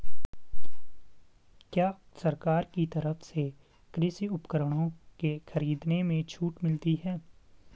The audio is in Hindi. क्या सरकार की तरफ से कृषि उपकरणों के खरीदने में छूट मिलती है?